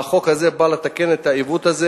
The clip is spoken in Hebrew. החוק הזה בא לתקן את העיוות הזה.